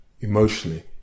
emotionally